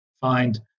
find